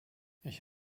ich